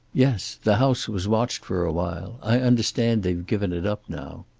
yes. the house was watched for a while i understand they've given it up now.